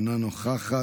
אינה נוכחת,